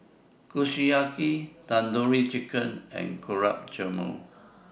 Kushiyaki Tandoori Chicken and Gulab Jamun